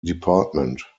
department